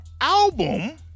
album